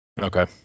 Okay